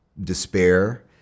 despair